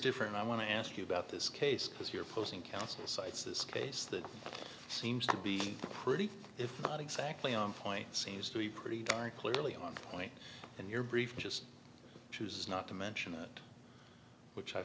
different i want to ask you about this case because you're posing counsel cites this case that seems to be pretty if not exactly on point seems to be pretty darn clearly on point in your brief just choose not to mention it which i